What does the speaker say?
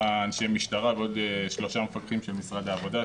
אנשי משטרה ועוד שלושה מפקחים של משרד העבודה.